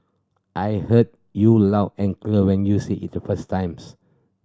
I heard you loud and clear when you said it the first times